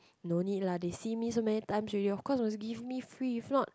no need lah they see so many times already of course will give me free if not